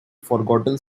forgotten